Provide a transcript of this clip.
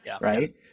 right